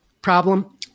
problem